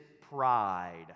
pride